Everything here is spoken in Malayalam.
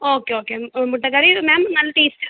ഓക്കെ ഓക്കെ മുട്ടക്കറി മാം നല്ല ടേസ്റ്റ്